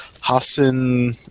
Hassan